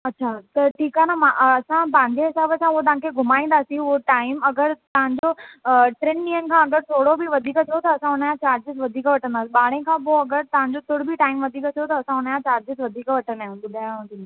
अच्छा त ठीकु आहे न मां असां पंहिंजे हिसाब सां उहो तव्हां खे घुमाईंदासीं उहो टाइम अगरि तव्हां जो अ टिनि ॾींहंनि खां अगरि थोरो बि वधीक थियो त असां उनजा चार्जेस वधीक वठंदासीं ॿारहें खां पोइ अगरि तव्हां जो तुर बि टाइम वधीक थियो त असां उनजा चार्जेस वधीक वठंदा आहियूं ॿुधायांव थी